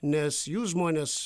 nes jūs žmonės